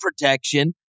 protection